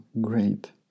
great